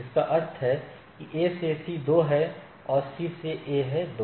इसका अर्थ है कि A से C 2 है और C से A है 2